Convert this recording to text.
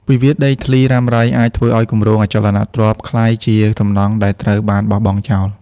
វិវាទដីធ្លីរ៉ាំរ៉ៃអាចធ្វើឱ្យគម្រោងអចលនទ្រព្យ ក្លាយជាសំណង់ដែលត្រូវបានបោះបង់ចោល។